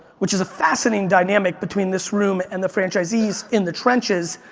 which is a fascinating dynamic between this room and the franchisees in the trenches,